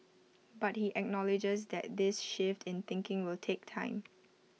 but he acknowledges that this shift in thinking will take time